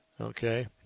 Okay